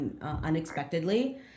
unexpectedly